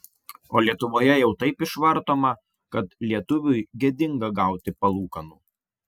o lietuvoje jau taip išvartoma kad lietuviui gėdinga gauti palūkanų